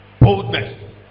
Boldness